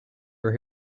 were